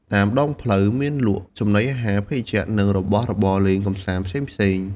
តាមដងផ្លូវមានលក់ចំណីអាហារ ភេសជ្ជៈ និងរបស់របរលេងកម្សាន្តផ្សេងៗ។